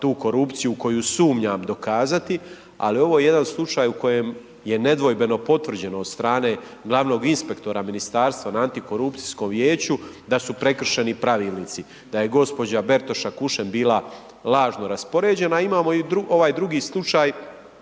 tu korupciju u koju sumnjam dokazati, ali ovo je jedan slučaj u kojem je nedvojbeno potvrđeno od strane glavnog inspektora ministarstva na antikorupcijskom vijeću da su prekršeni pravilnici, da je gospođa Bertoša Kušen bila lažno raspoređena, a imamo i ovaj drugi slučaj